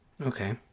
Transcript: Okay